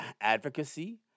advocacy